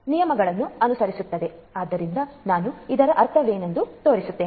ಆದ್ದರಿಂದ ನಾನು ಇದರ ಅರ್ಥವೇನೆಂದು ತೋರಿಸುತ್ತೇನೆ